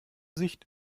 sicht